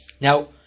Now